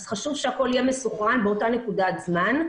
אז חשוב שהכול יהיה מסונכרן באותה נקודת זמן.